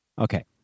Okay